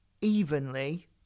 evenly